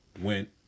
went